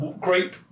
grape